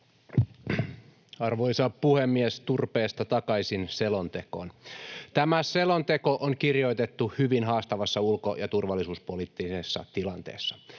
Arvoisa puhemies! Turpeesta takaisin selontekoon. Tämä selonteko on kirjoitettu hyvin haastavassa ulko- ja turvallisuuspoliittisessa tilanteessa.